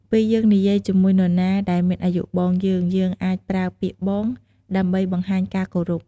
ពេលយើងនិយាយជាមួយនរណាដែលមានអាយុបងយើង យើងអាចប្រើពាក្យ "បង" ដើម្បីបង្ហាញការគោរព។